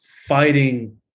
fighting